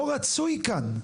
לא רצוי כאן,